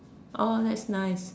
!aww! that's nice